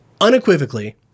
Unequivocally